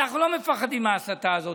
אנחנו לא מפחדים מההסתה הזאת.